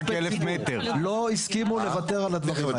לא הסכימו לוותר על הדברים,